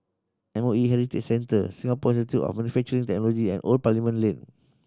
M O E Heritage Centre Singapore Institute of Manufacturing Technology and Old Parliament Lane